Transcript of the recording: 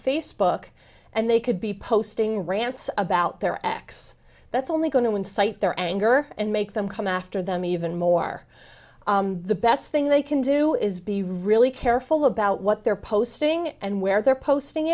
facebook and they could be posting rants about their ex that's only going to incite their anger and make them come after them even more the best thing they can do is be really careful about what they're posting and where they're posting